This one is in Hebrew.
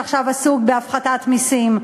שעכשיו עסוק בהפחתת מסים,